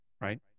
right